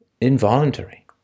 involuntary